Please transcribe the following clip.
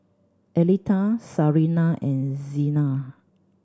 Aletha Sarina and Xena